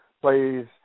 plays